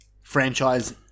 franchise